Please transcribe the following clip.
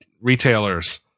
retailers